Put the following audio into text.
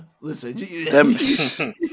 Listen